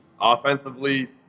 offensively